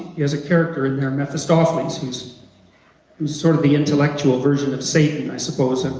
he has a character in there, mephistopheles, who's who's sort of the intellectual version of satan, i suppose.